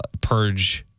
Purge